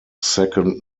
second